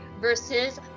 versus